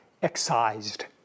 excised